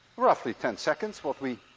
roughly ten seconds, roughly